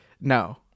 No